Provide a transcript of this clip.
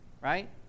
Right